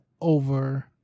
over